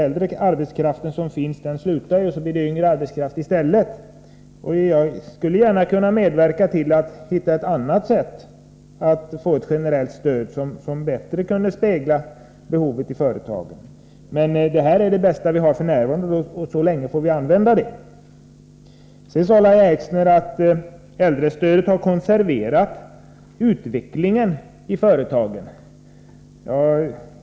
Äldre arbetare slutar ju så småningom och ersätts med yngre. När det gäller att finna ett annat sätt att få till stånd ett generellt stöd, som bättre kunde avspegla behoven i företagen, är jag beredd att medverka. Men det här är det bästa vi har f. n., och så länge får vi använda det. Sedan sade Lahja Exner att äldrestödet har konserverat utvecklingen i företagen.